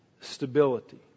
stability